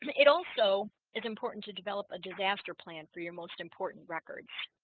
um it also is important to develop a disaster plan for your most important records